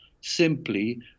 simply